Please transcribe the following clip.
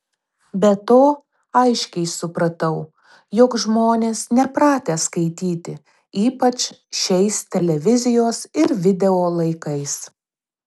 be to aiškiai supratau jog žmonės nepratę skaityti ypač šiais televizijos ir video laikais